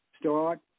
Start